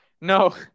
No